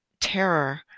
terror